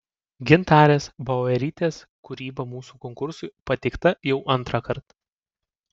gintarės bauerytės kūryba mūsų konkursui pateikta jau antrąkart